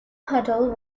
huddle